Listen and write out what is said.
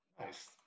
Nice